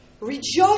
Rejoice